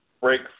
break